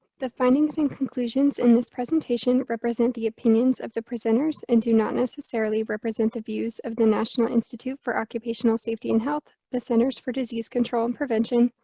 the findings and conclusions in this presentation represent the opinions of the presenters and do not necessarily represent the views of the national institute for occupational safety and health, the centers for disease control and prevention,